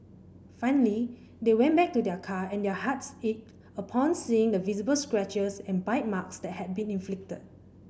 finally they went back to their car and their hearts ached upon seeing the visible scratches and bite marks that had been inflicted